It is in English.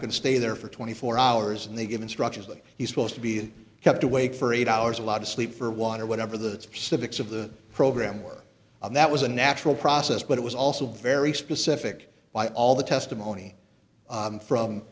going to stay there for twenty four hours and they give instructions like he's supposed to be kept awake for eight hours a lot of sleep for water whatever the subjects of the program work and that was a natural process but it was also very specific by all the testimony from